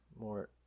More